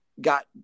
got